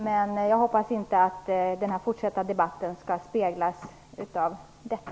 Men jag hoppas att den fortsatta debatten inte skall återspegla detta.